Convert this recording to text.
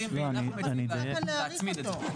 אפשר גם להאריך אותו.